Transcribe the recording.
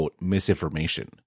misinformation